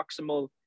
proximal